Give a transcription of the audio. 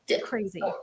crazy